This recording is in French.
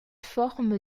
forme